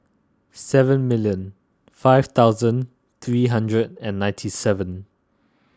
seven million five thousand three hundred and ninety seven